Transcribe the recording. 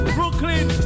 Brooklyn